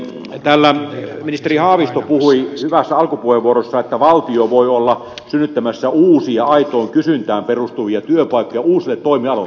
täällä ministeri haavisto puhui hyvässä alkupuheenvuorossaan että valtio voi olla synnyttämässä uusia aitoon kysyntään perustuvia työpaikkoja uusille toimialoille